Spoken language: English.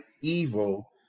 evil